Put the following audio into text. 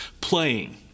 playing